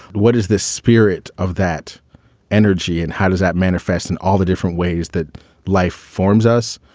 what is the spirit of that energy and how does that manifest in all the different ways that life forms us?